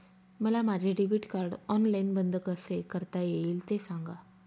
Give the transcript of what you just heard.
मला माझे debit card online बंद कसे करता येईल, ते सांगा